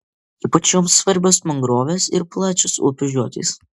ypač joms svarbios mangrovės ir plačios upių žiotys